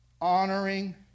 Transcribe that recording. honoring